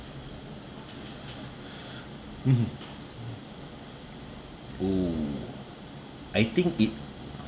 mmhmm oh I think it